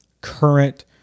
current